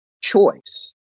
choice